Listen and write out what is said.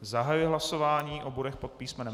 Zahajuji hlasování o bodech pod písmenem